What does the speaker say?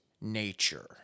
nature